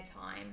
time